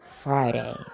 Friday